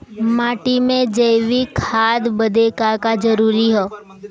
माटी में जैविक खाद बदे का का जरूरी ह?